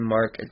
Mark